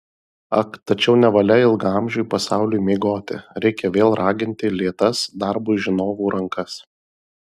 ak tačiau nevalia ilgaamžiui pasauliui miegoti reikia vėl raginti lėtas darbui žinovų rankas